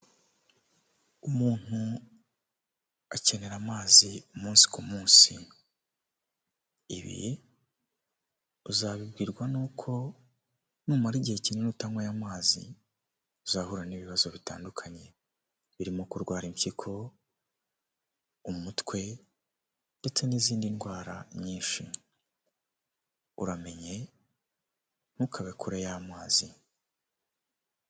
Umuntu akenera amazi umunsi ku munsi ibi uzabibwirwa nuko n'umara igihe kinini utanyweye amazi uzahurarana n'ibibazo bitandukanye biri mu kurwara impyiko, umutwe ndetse n'izindi ndwara nyinshi uramenye ntukabe kure y'amazi .